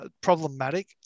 problematic